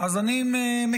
אז אני מקווה